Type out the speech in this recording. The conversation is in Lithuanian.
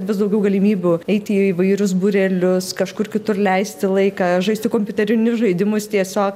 vis daugiau galimybių eiti į įvairius būrelius kažkur kitur leisti laiką žaisti kompiuterinius žaidimus tiesiog